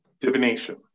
divination